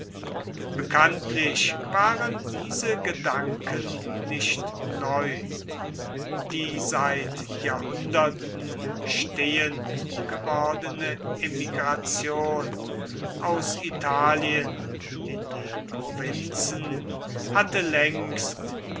bekanntlich waren diese gedanken nicht neu die seit jahrhunderten stehend gewordene emigration aus italien in die provinzen hatte längst